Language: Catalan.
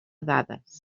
dades